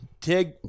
Tig